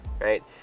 Right